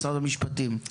משרד המשפטים, בבקשה.